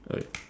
okay